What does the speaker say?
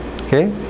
Okay